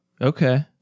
okay